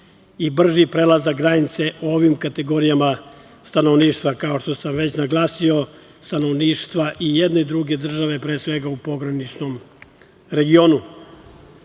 i brži prelazak granice ovim kategorijama stanovništva, kao što sam već naglasio, stanovništva i jedne i druge države, pre svega u pograničnom regionu.U